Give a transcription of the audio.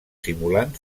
simulant